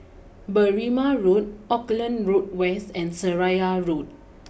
Berrima Road Auckland Road West and Seraya Road